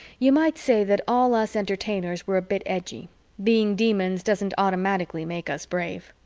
you might say that all us entertainers were a bit edgy being demons doesn't automatically make us brave.